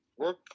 work